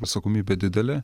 atsakomybė didelė